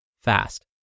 fast